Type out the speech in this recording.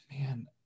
man